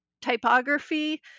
typography